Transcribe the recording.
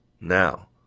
Now